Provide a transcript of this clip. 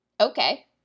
Okay